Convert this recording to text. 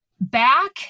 back